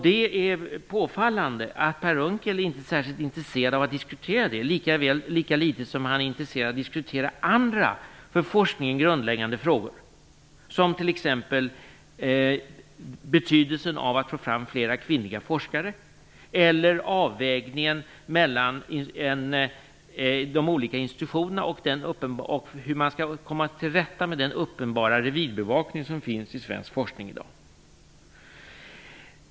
Det är påfallande att Per Unckel inte är särskilt intresserad av att diskutera detta, lika litet som han intresserad av att diskutera andra för forskningen grundläggande frågor, som t.ex. betydelsen av att få fram flera kvinnliga forskare eller avvägningen mellan de olika institutionerna och hur man skall komma till rätta med den uppenbara revirbevakning som finns i svensk forskning i dag.